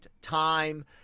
time